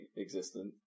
existent